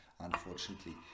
unfortunately